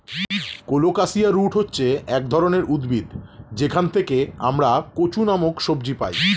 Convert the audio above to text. colocasia root হচ্ছে এক ধরনের উদ্ভিদ যেখান থেকে আমরা কচু নামক সবজি পাই